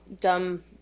dumb